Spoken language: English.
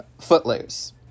Footloose